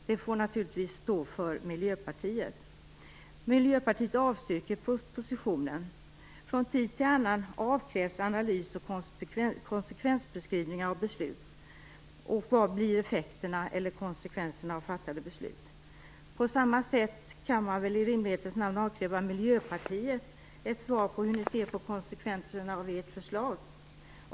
Det får naturligtvis stå för Från tid till annan krävs analys och konsekvensbeskrivningar av vilka effekterna blir av fattade beslut. På samma sätt kan man väl i rimlighetens namn avkräva Miljöpartiet ett svar på hur ni ser på konsekvenserna av ert förslag.